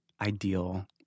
ideal